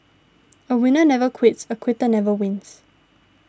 a winner never quits a quitter never wins